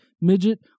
Midget